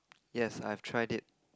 yes I have tried it